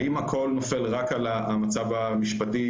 האם הכול נופל רק על המצב המשפטי-חוקי-פוליטי?